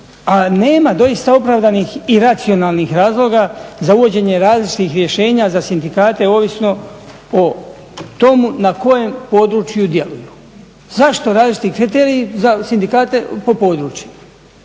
a nema doista opravdanih i racionalnih razloga za uvođenje različitih rješenja za sindikate ovisno o tomu na kojem području djeluju? Zašto različiti kriteriji za sindikate po područjima?